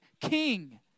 king